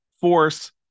force